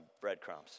breadcrumbs